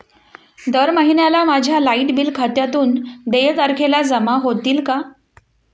दर महिन्याला माझ्या लाइट बिल खात्यातून देय तारखेला जमा होतील का?